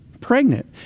pregnant